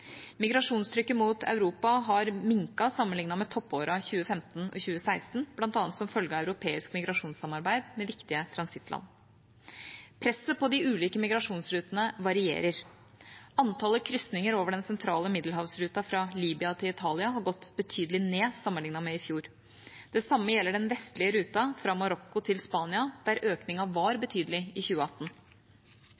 Migrasjonstrykket mot Europa har minket sammenlignet med toppårene 2015 og 2016, bl.a. som følge av europeisk migrasjonssamarbeid med viktige transittland. Presset på de ulike migrasjonsrutene varierer. Antallet krysninger over den sentrale middelhavsruten fra Libya til Italia har gått betydelig ned sammenlignet med i fjor. Det samme gjelder den vestlige ruten fra Marokko til Spania, der økningen var